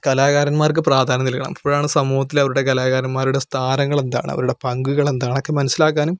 കലാകാരന്മാർക്ക് പ്രാധാന്യം നൽകണം അപ്പോഴാണ് സമൂഹത്തിൽ അവരുടെ കലാകാരന്മാരുടെ സ്ഥാനങ്ങൾ എന്താണ് അവരുടെ പങ്കുകൾ എന്താണ് അതൊക്കെ മനസ്സിലാക്കാനും